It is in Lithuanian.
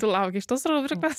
tu laukei šitos rubrikos